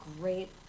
great